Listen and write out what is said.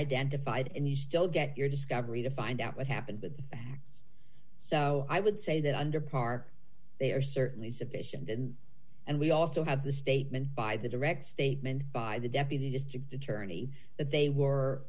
unidentified and you still get your discovery to find out what happened with the facts so i would say that under par they are certainly sufficient and and we also have the statement by the direct statement by the deputy district attorney that they were